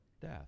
death